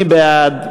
מי בעד?